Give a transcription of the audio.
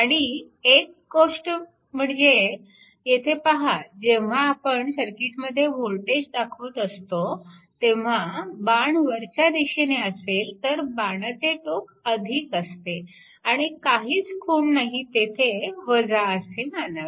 आणि एक गोष्ट म्हणजे येथे पहा जेव्हा आपण सर्किटमध्ये वोल्टेज दाखवत असतो तेव्हा बाण वरच्या दिशेने असेल तर बाणाचे टोक असते आणि काहीच खूण नाही तेथे असे मानावे